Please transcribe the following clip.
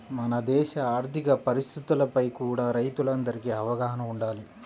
మన దేశ ఆర్ధిక పరిస్థితులపై కూడా రైతులందరికీ అవగాహన వుండాలి